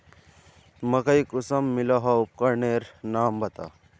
मकई कुंसम मलोहो उपकरनेर नाम बता?